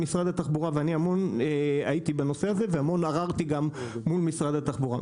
ואני הייתי בנושא הזה המון וגם ערערתי המון מול משרד התחבורה.